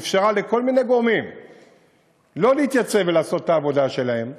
שאפשרה לכל מיני גורמים שלא להתייצב ולעשות את העבודה שלהם,